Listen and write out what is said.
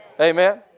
Amen